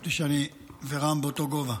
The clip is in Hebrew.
חשבתי שאני ורם באותו גובה.